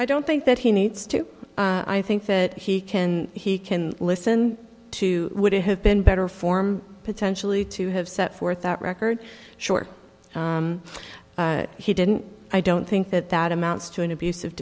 i don't think that he needs to i think that he can he can listen to would it have been better form potentially to have set forth that record short he didn't i don't think that that amounts to an abus